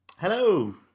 Hello